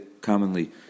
commonly